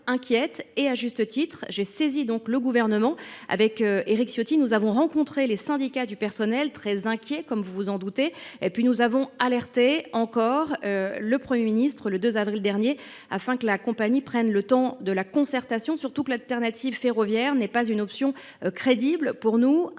et à juste titre ! J’ai saisi le Gouvernement. Avec Éric Ciotti, nous avons rencontré les syndicats du personnel, très inquiets, comme vous vous en doutez. Puis, nous avons alerté – encore !– le Premier ministre, le 2 avril dernier, afin que la compagnie prenne le temps de la concertation. Je le précise, l’alternative ferroviaire n’est pas une option crédible pour nous.